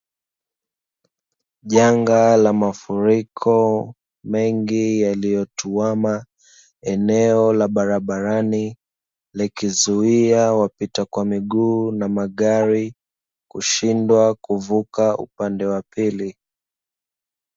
Janga la mafuriko mengi yaliyotuama eneo la barabarani, likizuia wapita kwa miguu na magari kushindwa kuvuka upande wa pili.